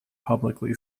publicly